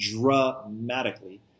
dramatically